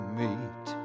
meet